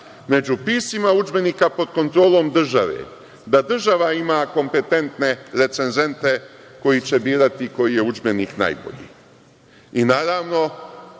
među piscima udžbenika pod kontrolom države, da država ima kompetentne recenzente koji će birati koji je udžbenik najbolji. Naravno